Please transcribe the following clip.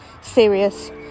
serious